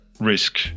risk